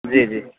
جی جی